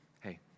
hey